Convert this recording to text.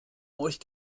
euch